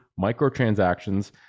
microtransactions